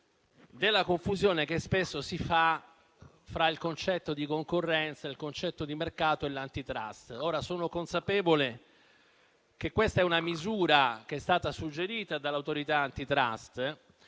della confusione che spesso si fa fra il concetto di concorrenza, il concetto di mercato e l'antitrust. Sono consapevole che questa è una misura che è stata suggerita dall'Autorità antitrust,